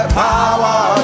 power